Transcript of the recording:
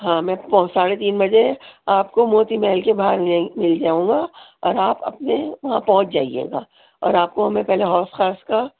ہاں میں پہو ساڑھے تین بجے آپ کو موتی محل کے باہر مل مل جاؤں گا اور آپ اپنے وہاں پہنچ جائیے گا اور آپ کو میں پہلے حوض خاص کا